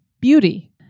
beauty